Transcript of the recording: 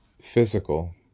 physical